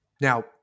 now